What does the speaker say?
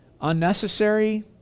unnecessary